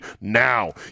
now